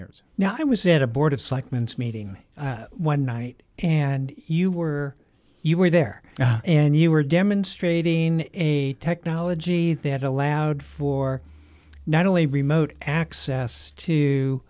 years now i was it a board of selectmen meeting one night and you were you were there and you were demonstrating a technology that allowed for not only remote access to